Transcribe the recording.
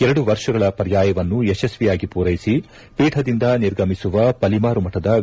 ಎರಡು ವರುಷಗಳ ಪರ್ಯಾಯವನ್ನು ಯಶಸ್ವಿಯಾಗಿ ಪೂರೈಸಿ ಪೀಠದಿಂದ ಇಳಿಯುವ ಪಲಿಮಾರು ಮಠದ ಶ್ರೀ